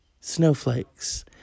Snowflakes